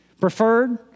Preferred